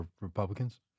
Republicans